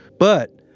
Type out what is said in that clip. but,